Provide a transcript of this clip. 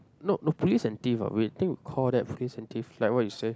no no police and thief ah we think call that police and thief like what you say